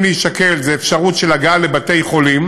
להישקל יש אפשרות של הגעה לבתי-חולים,